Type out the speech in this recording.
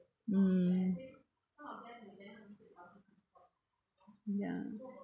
mm ya